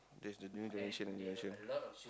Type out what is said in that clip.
that's the new generation generation